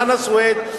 חנא סוייד,